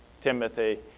Timothy